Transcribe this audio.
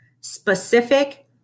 specific